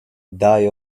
die